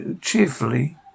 cheerfully